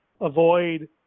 avoid